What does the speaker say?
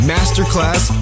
Masterclass